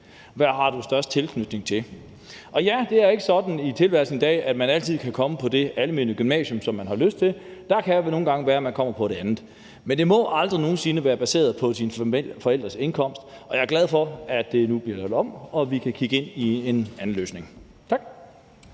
man har den største tilknytning. Og ja, det er ikke sådan i tilværelsen i dag, at man altid kan komme på dét almene gymnasium, som man har lyst til; der kan det nogle gange være sådan, at man kommer på et andet. Men det må aldrig nogen sinde være baseret på ens forældres indkomst, og jeg er glad for, at det nu bliver lavet om, og at vi kan kigge ind i en anden løsning. Tak.